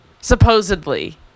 Supposedly